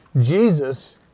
Jesus